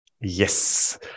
yes